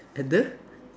at the